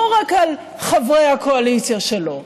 לא רק על חבריי הקואליציה שלו.